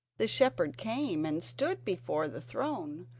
the shepherd came and stood before the throne,